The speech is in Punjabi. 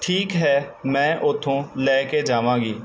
ਠੀਕ ਹੈ ਮੈਂ ਉੱਥੋਂ ਲੈ ਕੇ ਜਾਵਾਂਗੀ